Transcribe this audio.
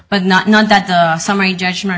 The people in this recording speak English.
but not none that the summary judgment